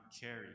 carry